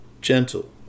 gentle